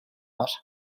var